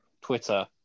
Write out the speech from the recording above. Twitter